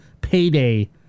payday